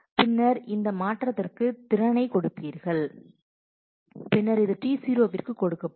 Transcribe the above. பின்னர் இந்த இந்த மாற்றத்திற்கு திறனை கொடுப்பீர்கள் பின்னர் இது T0 விற்கு கொடுக்கப்படும்